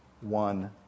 one